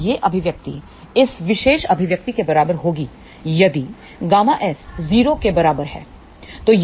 अब यह अभिव्यक्ति इस विशेष अभिव्यक्ति के बराबर होगी यदि ƬS 0 के बराबर है